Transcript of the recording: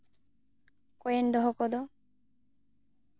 ᱠᱚᱭᱮᱱ ᱫᱚᱦᱚ ᱠᱚᱫᱚ